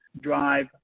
drive